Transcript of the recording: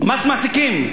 מס מעסיקים.